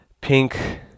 pink